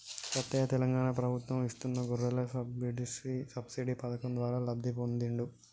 సత్తయ్య తెలంగాణ ప్రభుత్వం ఇస్తున్న గొర్రెల సబ్సిడీ పథకం ద్వారా లబ్ధి పొందిండు